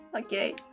Okay